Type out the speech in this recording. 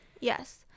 Yes